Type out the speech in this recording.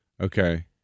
Okay